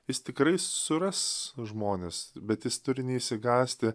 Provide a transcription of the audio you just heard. jis tikrai suras žmones bet jis turi neišsigąsti